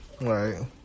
Right